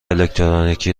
الکترونیکی